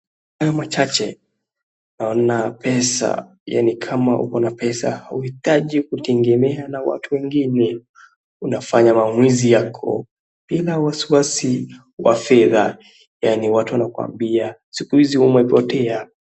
Kuna pesa na hufai kutegemea wengine ambapo watu wanakuambia siku izi umepotea.